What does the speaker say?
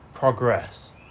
Progress